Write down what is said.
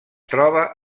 troba